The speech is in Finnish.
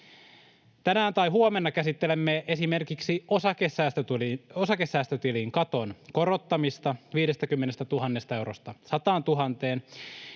Tänään tai huomenna käsittelemme esimerkiksi osakesäästötilin katon korottamista 50 000 eurosta 100 000:een.